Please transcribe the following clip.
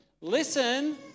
Listen